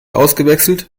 ausgewechselt